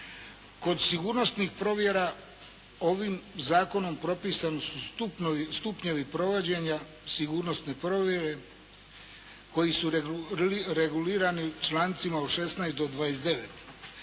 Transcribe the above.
Kod sigurnosnih provjera ovim zakonom propisani su stupnjevi provođenja sigurnosne provjere, koji su regulirani u člancima od 16. do 29.